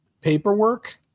paperwork